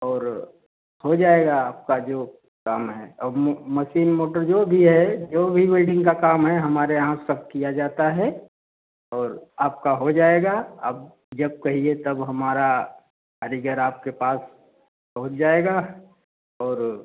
और हो जाएगा आपका जो काम है अब मशीन मोटर जो भी है जो भी वेल्डिंग का काम है हमारे यहाँ सब किया जाता है और आपका हो जाएगा आप जब कहिए तब हमारा कारीगर आपके पास पहुँच जाएगा और